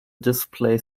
display